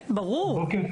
הבנת את הרמז?